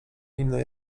inne